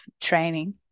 training